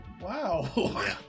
wow